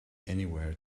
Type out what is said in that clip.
anywhere